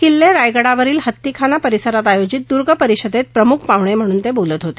किल्ले रायगडावरील हत्तीखाना परिसरारत आयोजित दुर्ग परिषदेत प्रमुख पाहणे म्हणून ते बोलत होते